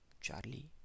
Charlie